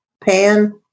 pan